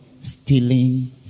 stealing